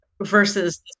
versus